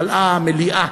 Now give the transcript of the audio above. מלאה המליאה